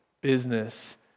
business